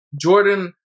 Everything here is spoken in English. Jordan